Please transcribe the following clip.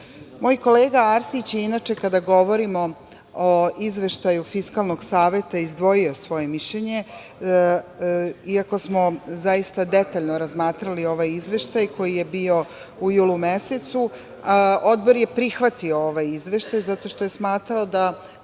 DRI.Moj kolega Arsić je, inače kada govorimo o Izveštaju Fiskalnog saveta izdvojio svoje mišljenje, iako smo zaista detaljno razmatrali ovaj Izveštaj koji je bio u julu mesecu, Odbor je prihvatio ovaj Izveštaj zato što je smatrao da